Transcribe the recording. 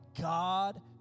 God